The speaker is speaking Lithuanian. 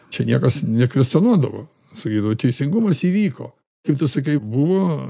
čia niekas nekvestionuodavo sakydavo teisingumas įvyko kaip tu sakai buvo